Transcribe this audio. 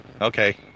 Okay